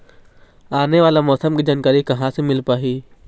आने वाला मौसम के जानकारी कहां से मिल पाही?